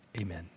amen